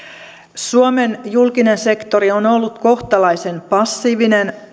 suomen julkinen sektori on ollut kohtalaisen passiivinen